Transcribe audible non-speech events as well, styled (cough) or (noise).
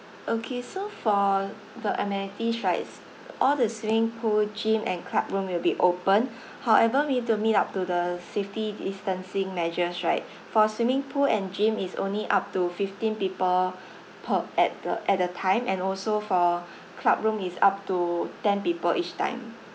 okay so for the amenities rights all the swimming pool gym and club room will be open (breath) however we need to meet up to the safety distancing measures right (breath) for swimming pool and gym it's only up to fifteen people per at the at a time and also for club room it's up to ten people each time